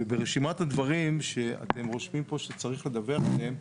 וברשימת הדברים שאתם רושמים פה שצריך לדווח עליהם,